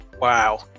Wow